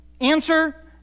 Answer